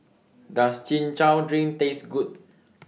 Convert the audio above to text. Does Chin Chow Drink Taste Good